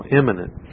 imminent